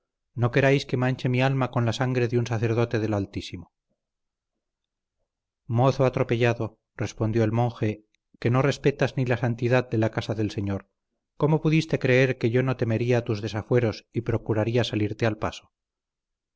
no queráis que manche mi alma con la sangre de un sacerdote del altísimo mozo atropellado respondió el monje que no respetas ni la santidad de la casa del señor cómo pudiste creer que yo no temería tus desafueros y procuraría salirte al paso